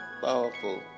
Powerful